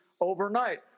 overnight